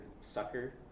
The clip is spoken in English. sucker